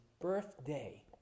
birthday